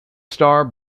star